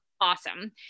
Awesome